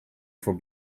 for